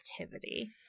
activity